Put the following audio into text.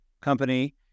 company